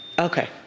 Okay